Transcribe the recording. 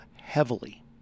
heavily